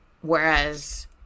Whereas